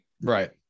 Right